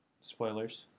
Spoilers